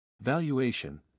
Valuation